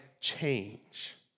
change